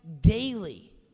daily